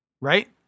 right